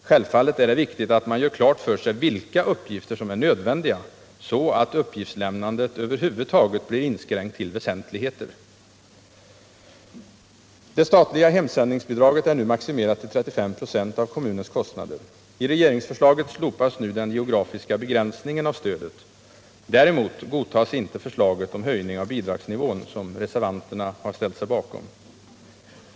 Självfallet är det viktigt att man gör klart för sig vilka uppgifter som är nödvändiga, så att uppgiftslämnandet över huvud taget blir inskränkt till väsentligheter! Det statliga hemsändningsbidraget är nu maximerat till 35 96 av kommunens kostnader. I regeringsförslaget slopas nu den geografiska begränsningen av stödet. Däremot godtas inte förslaget om höjning av bidragsnivån, som reservanterna har ställt sig bakom.